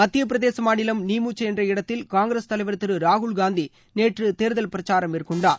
மத்தியப் பிரதேச மாநிலம் நீமுச் என்ற இடத்தில் காங்கிரஸ் தலைவர் திரு ராகுல்காந்தி நேற்று தேர்தல் பிரச்சாரம் மேற்கொண்டார்